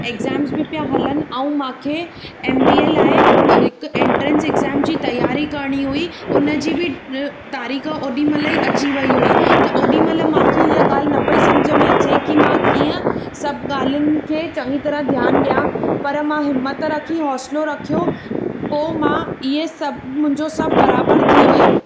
exams बि पिया हलनि ऐं मूंखे एम बी ए आहे हिकु एंट्रेस एग्ज़ाम जी तयारी करणी हुई उन जी बि तारीख़ ओॾी महिल अची वेई हुई त ओॾी महिल मूंखे हीअ ॻाल्हि न पिए सम्झ में अचे कि मां कीअं सभु ॻाल्हिनि खे चंङी तरह ध्यान ॾियां पर मां हिम्मत रखी होसिलो रखियो पोइ मां ईअं सभु मुंहिंजो सभु बराबर थी वियो